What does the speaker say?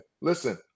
listen